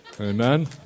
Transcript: Amen